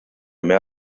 mehr